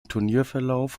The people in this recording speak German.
turnierverlauf